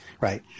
right